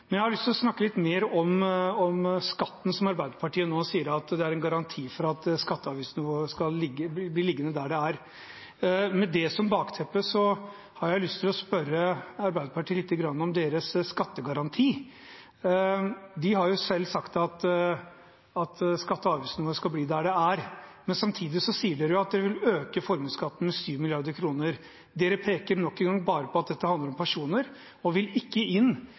å snakke litt mer om skatten. Arbeiderpartiet sier nå at det er en garanti for at skatte- og avgiftsnivået blir liggende der det er. Med det som bakteppe har jeg lyst til å spørre Arbeiderpartiet litt om deres skattegaranti. De har selv sagt at skatte- og avgiftsnivået skal bli der det er, men samtidig sier dere at dere vil øke formuesskatten med 7 mrd. kr. Dere peker nok en gang bare på at dette handler om personer, og vil ikke inn